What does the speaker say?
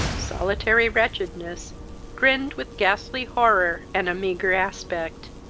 solitary wretchedness grinned with ghastly horror and meagre aspect.